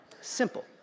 Simple